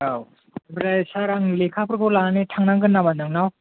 औ आमफ्राय सार आं लेखाफोरखौ लानानै थांनांगोन नामा नोंनाव